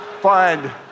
find